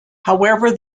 however